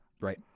Right